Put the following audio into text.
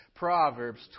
Proverbs